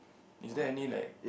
is there any like